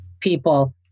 people